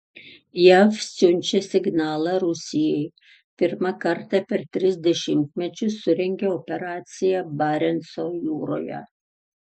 jav siunčia signalą rusijai pirmą kartą per tris dešimtmečius surengė operaciją barenco jūroje